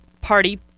party